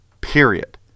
period